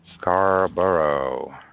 Scarborough